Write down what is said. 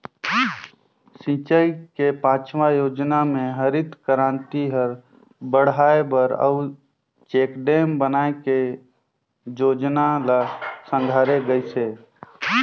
सिंचई के पाँचवा योजना मे हरित करांति हर बड़हाए बर अउ चेकडेम बनाए के जोजना ल संघारे गइस हे